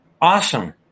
Awesome